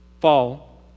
Fall